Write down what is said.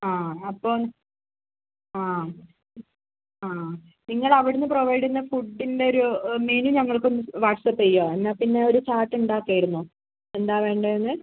ആ അപ്പോൾ ആ ആ നിങ്ങൾ അവിടുന്ന് പ്രൊവൈഡ് ചെയ്യുന്ന ഫുഡിൻ്റെയൊരു മെനു ഞങ്ങൾക്കൊന്ന് വാട്സാപ്പ് ചെയ്യാമോ എന്നാൽ പിന്നെയൊരു ചാർട്ട് ഉണ്ടാക്കാമായിരുന്നു എന്താ വേണ്ടതെന്ന്